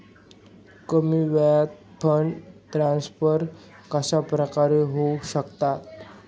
कमी वेळात fund transfer कशाप्रकारे होऊ शकतात?